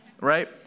right